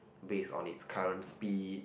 based on its current speed